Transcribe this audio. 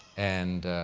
and,